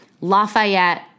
Lafayette